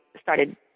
started